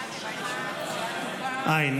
אין.